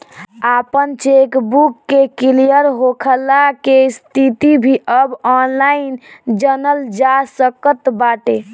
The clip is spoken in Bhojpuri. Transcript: आपन चेकबुक के क्लियर होखला के स्थिति भी अब ऑनलाइन जनल जा सकत बाटे